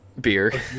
Beer